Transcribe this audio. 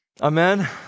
amen